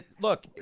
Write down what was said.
look